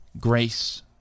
grace